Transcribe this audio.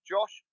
Josh